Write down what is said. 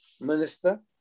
Minister